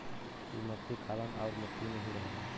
ई मट्टी खालन आउर मट्टी में ही रहलन